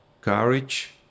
courage